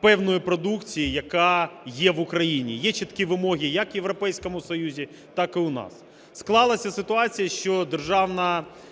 певної продукції, яка є в Україні, є чіткі вимоги як у Європейському Союзі, так і у нас.